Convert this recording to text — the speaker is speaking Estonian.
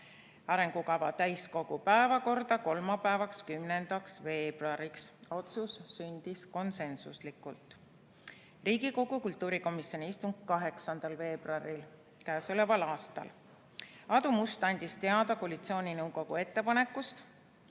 arengukava täiskogu päevakorda kolmapäevaks, 10. veebruariks. Otsus sündis konsensusega. Edasi, Riigikogu kultuurikomisjoni istung 8. veebruaril. Aadu Must andis teada koalitsiooninõukogu ettepanekust